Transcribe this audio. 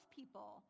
people